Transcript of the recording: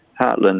Heartland